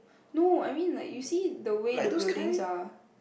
no I mean you see the way the buildings are